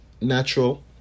natural